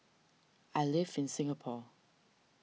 I live in Singapore